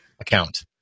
account